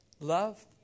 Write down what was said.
Love